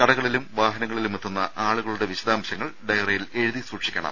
കടകളിലും വാഹനങ്ങളിലുമെത്തുന്ന ആളുകളുടെ വിശദാംശങ്ങൾ ഡയറിയിൽ എഴുതി സൂക്ഷിക്കണം